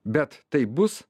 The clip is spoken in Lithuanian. bet taip bus